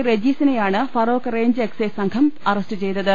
റജീസിനെയാണ് Feroke range excise സംഘം arrest ചെയ്തത്